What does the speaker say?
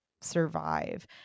survive